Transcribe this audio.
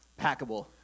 packable